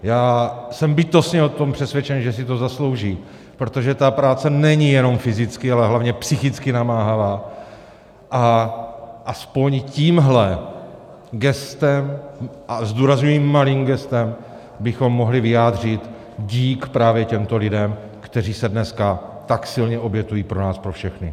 Já jsem bytostně přesvědčen o tom, že si to zaslouží, protože ta práce není jenom fyzicky, ale hlavně psychicky namáhavá a aspoň tímhle gestem, a zdůrazňuji, malým gestem, bychom mohli vyjádřit dík právě těmto lidem, kteří se dneska tak silně obětují pro nás pro všechny.